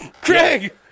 Craig